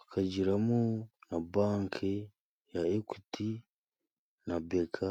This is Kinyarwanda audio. ukagiramo na banki ya Ekwiti na Beka.